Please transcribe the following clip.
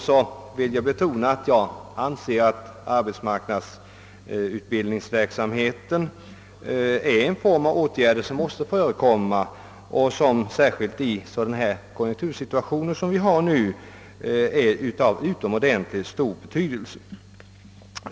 Jag vill betona att jag anser att arbetsmarknadsutbildningen måste äga rum och att den särskilt i en konjunktur som den nuvarande är av utomordentligt stor betydelse.